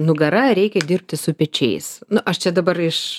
nugara reikia dirbti su pečiais na aš čia dabar iš